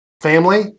family